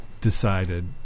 decided